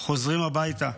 חוזרים הביתה.